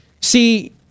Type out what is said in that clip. See